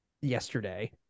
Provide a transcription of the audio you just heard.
yesterday